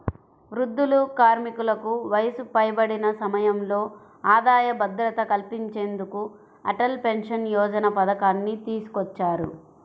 వృద్ధులు, కార్మికులకు వయసు పైబడిన సమయంలో ఆదాయ భద్రత కల్పించేందుకు అటల్ పెన్షన్ యోజన పథకాన్ని తీసుకొచ్చారు